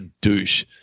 douche